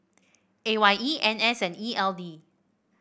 A Y E N S and E L D